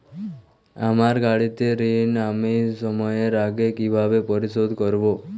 আমার গাড়ির ঋণ আমি সময়ের আগে কিভাবে পরিশোধ করবো?